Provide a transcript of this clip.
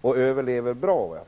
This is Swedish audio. och överlever bra.